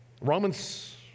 Romans